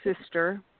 sister